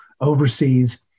overseas